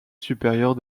supérieur